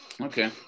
Okay